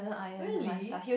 really